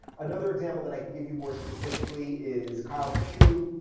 another example that i can give you more specifically is kyle kashuv,